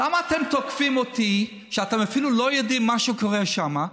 למה אתם תוקפים אותי כשאתם אפילו לא יודעים מה קורה שם?